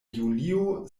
julio